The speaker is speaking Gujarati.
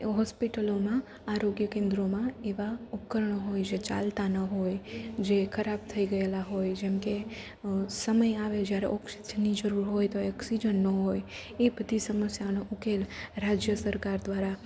એવો હોસ્પિટલોમાં આરોગ્ય કેન્દ્રોમાં એવા ઉપકરણો હોય જે ચાલતા ન હોય જે ખરાબ થઈ ગયેલાં હોય જેમકે સમય આવે જ્યારે ઓક્સીજનની જરૂર હોય તોય ઓક્સીજન ન હોય એ બધી સમસ્યાનો ઉકેલ રાજ્ય સરકાર દ્વારા